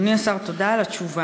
אדוני השר, תודה על התשובה.